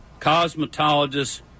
cosmetologists